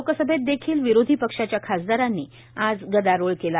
लोकसभेत देखिल विरोधी पक्षाच्या खासदारांनी आज गदारोळ केला